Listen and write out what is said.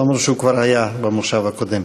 אף-על-פי שהוא כבר היה במושב הקודם.